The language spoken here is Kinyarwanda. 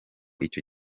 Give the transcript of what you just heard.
icyo